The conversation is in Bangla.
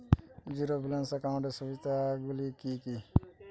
জীরো ব্যালান্স একাউন্টের সুবিধা গুলি কি কি?